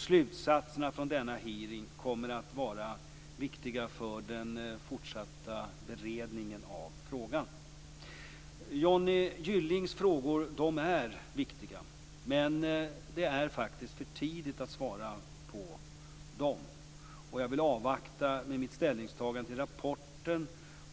Slutsatserna från denna hearing kommer att vara viktiga för den fortsatta beredningen av frågan. Johnny Gyllings frågor är viktiga, men det är faktiskt för tidigt att svara på dem. Jag vill avvakta med mitt ställningstagande till rapporten